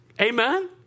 Amen